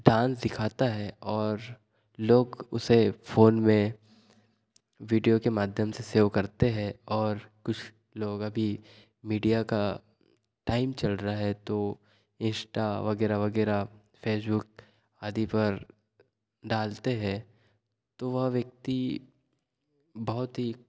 dance दिखाता है और लोग उसे फोन में वीडियो के माध्यम से सेव करते हैं और कुछ लोग अभी मीडिया का टाइम चल रहा है तो इन्स्टा वगैरह वगैरह फेसबुक आदि पर डालते हैं तो वह व्यक्ति बहुत ही